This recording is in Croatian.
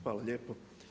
Hvala lijepo.